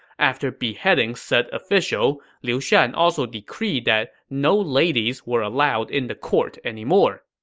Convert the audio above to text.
after beheading said official, liu shan also decreed that no ladies were allowed in the court anymore.